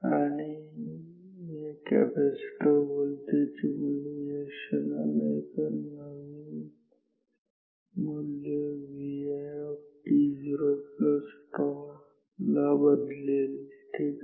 आणी या capacitor voltage चे मूल्य या क्षणाला एका नवीन मूल्य Vit0τ ला बदलेल ठीक आहे